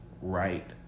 right